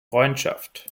freundschaft